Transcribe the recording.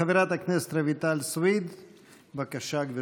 חברת הכנסת רויטל סויד, בבקשה, גברתי.